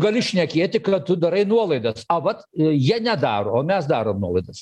gali šnekėti kad tu darai nuolaidas a vat jie nedaro o mes darom nuolaidas